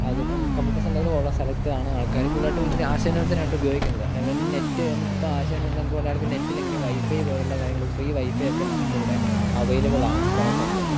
അത് കമ്പ്യൂട്ടർ സെൻ്ററുകളുള്ള സ്ഥലത്താണ് ആൾക്കാർ കൂടുതലായിട്ട് വരുന്നത് ആശയവിനിമയത്തിനായിട്ട് ഉപയോഗിക്കുന്നത് ഏതാണ് നെറ്റ് നമുക്കിപ്പോൾ ആശയവിനിമയം നടത്തുമ്പോൾ എല്ലാവർക്കും നെറ്റ് ഇല്ലെങ്കിലും വൈഫൈ പോലുള്ള കാര്യങ്ങൾ ഫ്രീ വൈഫൈ ഒക്കെ നമുക്കിവിടെ അവൈലബിൾ ആണ് കുറെ സ്ഥലത്തൊക്കെ